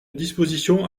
disposition